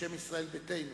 בשם ישראל ביתנו.